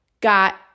got